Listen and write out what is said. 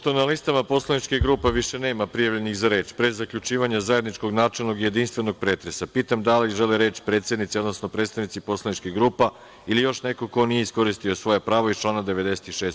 Pošto na listama poslaničkih grupa više nema prijavljenih za reč, pre zaključivanja zajedničkog načelnog i jedinstvenog pretresa, pitam – da li žele reč predsednici, odnosno predstavnici poslaničkih grupa ili još neko ko nije iskoristio svoje pravo iz člana 96.